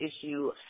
issue